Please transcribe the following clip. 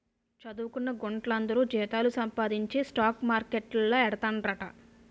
చదువుకొన్న గుంట్లందరూ జీతాలు సంపాదించి స్టాక్ మార్కెట్లేడతండ్రట